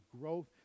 growth